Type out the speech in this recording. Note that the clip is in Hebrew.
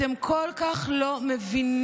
אתם כל כך לא מבינים,